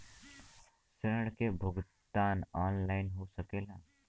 ऋण के भुगतान ऑनलाइन हो सकेला?